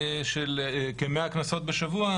של 100 קנסות בשבוע,